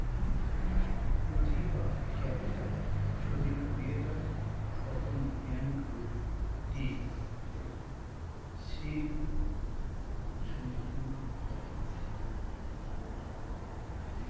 পুঁজি বা ক্যাপিটাল যদি ফুরিয়ে যায় তখন ব্যাঙ্ক রূপ টি.সির সম্মুখীন হয়